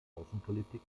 außenpolitik